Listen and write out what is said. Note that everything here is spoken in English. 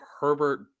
Herbert